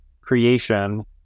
creation